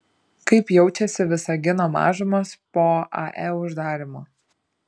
kaip jaučiasi visagino mažumos po ae uždarymo